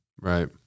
Right